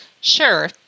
Sure